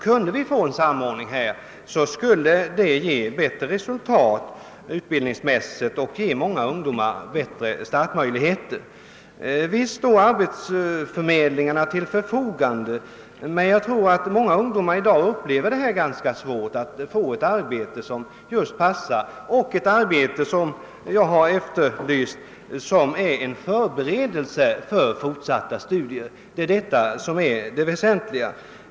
Kunde vi få en samordning här tror jag det skulle ge bättre resultat utbildningsmässigt och ge många ungdomar bättre startmöjligheter. Visst : står arbetsförmedlingarna till förfogande, men jag tror att många ungdomar upplever det som ganska svårt att få ett arbete som passar och ett arbete — vilket jag efterlyst — som är en förberedelse för fortsatta studier. Det är detta som är det väsentliga.